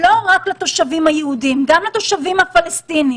לא רק לתושבים היהודים, גם לתושבים הפלסטינים.